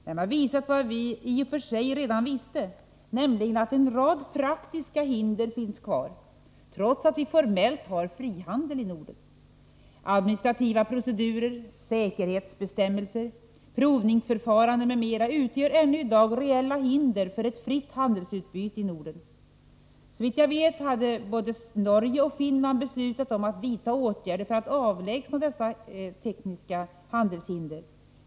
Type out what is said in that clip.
Den har visat vad vi i och för sig redan visste, nämligen att en rad praktiska hinder finns kvar, trots att vi formellt har frihandel i Norden. Administrativa procedurer, säkerhetsbestämmelser, provningsförfarande m.m. utgör ännu i dag reella hinder för ett fritt handelsutbyte i Norden. Såvitt jag vet hade både Norge och Finland beslutat att vidta åtgärder för att avlägsna dessa tekniska handelshinder.